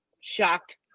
Shocked